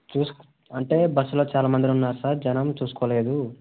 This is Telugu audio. చూసి అంటే బస్సులో చాలా మంది ఉన్నారు సార్ జనం చూసుకోలేదు